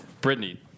Brittany